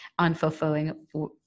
unfulfilling